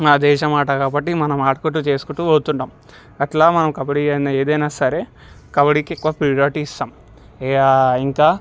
మన దేశం ఆట కాబట్టి మనం ఆడుకుంటూ చేసుకుంటూ పోతున్నం అట్ల మనం కబడ్డీ అయినా ఏదైనాసరే కబడ్డీకి ఎక్కువ ప్రియారిటీ ఇస్తాం